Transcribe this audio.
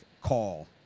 call